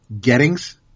gettings